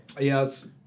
Yes